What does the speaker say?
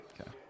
Okay